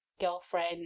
girlfriend